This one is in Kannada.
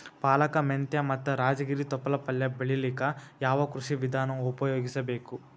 ಪಾಲಕ, ಮೆಂತ್ಯ ಮತ್ತ ರಾಜಗಿರಿ ತೊಪ್ಲ ಪಲ್ಯ ಬೆಳಿಲಿಕ ಯಾವ ಕೃಷಿ ವಿಧಾನ ಉಪಯೋಗಿಸಿ ಬೇಕು?